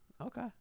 Okay